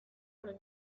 por